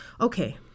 okay